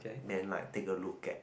then like take a look at